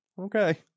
Okay